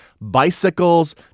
bicycles